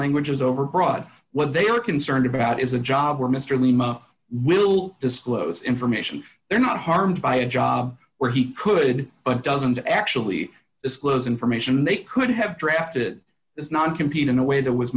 languages overbroad what they are concerned about is a job where mr lima will disclose information they're not harmed by a job where he could but doesn't actually disclose information they could have drafted is not compete in a way that was